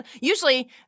usually